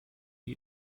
wie